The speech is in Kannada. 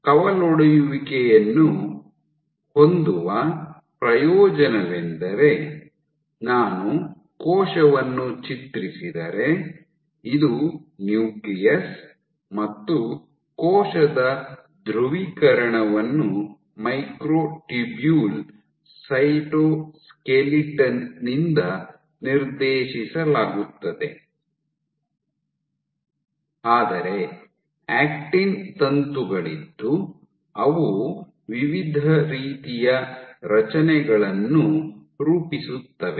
ಕವಲೊಡೆಯುವಿಕೆಯನ್ನು ಹೊಂದುವ ಪ್ರಯೋಜನವೇನೆಂದರೆ ನಾನು ಕೋಶವನ್ನು ಚಿತ್ರಿಸಿದರೆ ಇದು ನ್ಯೂಕ್ಲಿಯಸ್ ಮತ್ತು ಕೋಶದ ಧ್ರುವೀಕರಣವನ್ನು ಮೈಕ್ರೊಟ್ಯೂಬ್ಯೂಲ್ ಸೈಟೋಸ್ಕೆಲಿಟನ್ ನಿಂದ ನಿರ್ದೇಶಿಸಲಾಗುತ್ತದೆ ಆದರೆ ಆಕ್ಟಿನ್ ತಂತುಗಳಿದ್ದು ಅವು ವಿವಿಧ ರೀತಿಯ ರಚನೆಗಳನ್ನು ರೂಪಿಸುತ್ತವೆ